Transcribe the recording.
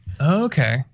Okay